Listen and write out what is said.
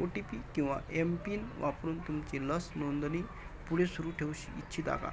ओ T P किंवा MPIN वापरून तुमची लसनोंदणी पुढे सुरू ठेवू स इच्छिता का